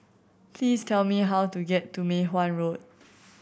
please tell me how to get to Mei Hwan Road